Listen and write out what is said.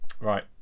right